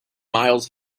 miles